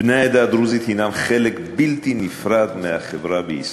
בני העדה הדרוזית הנם חלק בלתי נפרד מהחברה בישראל.